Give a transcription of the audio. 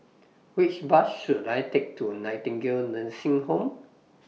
Which Bus should I Take to Nightingale Nursing Home